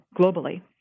globally